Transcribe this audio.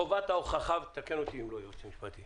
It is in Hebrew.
חובת ההוכחה ותקן אותי אם לא, היועץ המשפטי